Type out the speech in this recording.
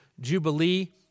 Jubilee